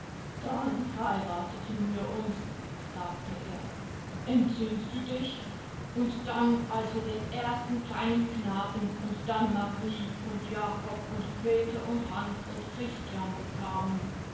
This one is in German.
dann heirateten wir uns sagte er entsinnst du dich und dann als wir den ersten kleinen knaben und dann marie und jakob und peter und hans und christian bekamen